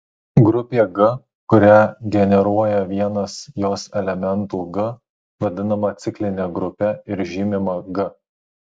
grupė g kurią generuoja vienas jos elementų g vadinama cikline grupe ir žymima g